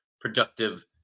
productive